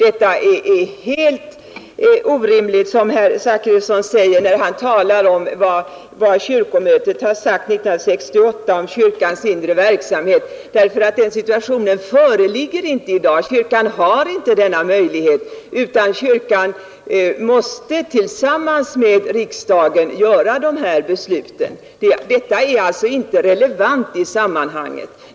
Vad herr Zachrisson säger är helt orimligt, när han talar om vad kyrkomötet sagt 1968 om kyrkans inre verksamhet. Den situationen föreligger inte i dag. Kyrkan har inte denna möjlighet utan har att tillsammans med riksdagen fatta dessa beslut. Utskottets uttalande som herr Zachrisson ansluter sig till är inte relevant i detta sammanhang.